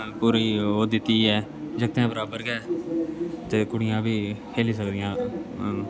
पूरी ओह् दित्ती ऐ जागते बराबर गै ते कुड़ियां बी खेली सकदियां